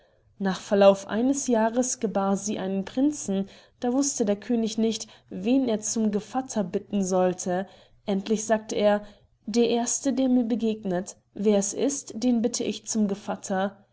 nach verlauf eines jahrs gebar sie einen prinzen da wußte der könig nicht wen er zu gevatter bitten sollte endlich sagte er der erste der mir begegnet wer es ist den bitte ich zu gevatter